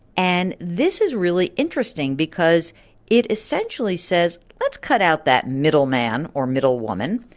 and this is really interesting because it essentially says let's cut out that middle man or middle woman.